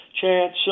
chance